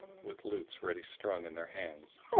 with lutes ready strung in their hands,